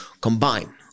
combine